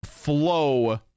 Flow